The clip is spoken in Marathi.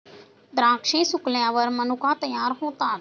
द्राक्षे सुकल्यावर मनुका तयार होतात